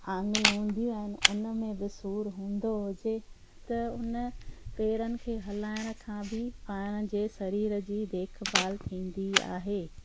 आंङरियूं हूंदियूं आहिनि उनमें बि सूरु हूंदो हुजे त उन पेरनि खे हलाइण खां बि पाण जे शरीर जी देखभालु थींदी आहे